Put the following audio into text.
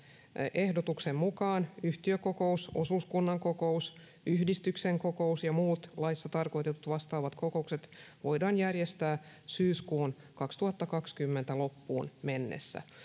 ehdotuksen mukaan yhtiökokous osuuskunnan kokous yhdistyksen kokous ja muut laissa tarkoitetut vastaavat kokoukset voidaan järjestää syyskuun kaksituhattakaksikymmentä loppuun mennessä